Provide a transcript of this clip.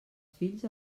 fills